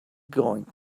going